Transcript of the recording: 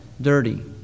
dirty